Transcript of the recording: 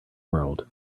world